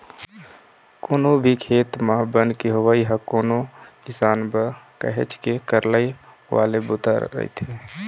कोनो भी खेत म बन के होवई ह कोनो किसान बर काहेच के करलई वाले बूता रहिथे